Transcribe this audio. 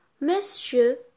monsieur